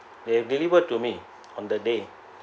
they have delivered to me on the day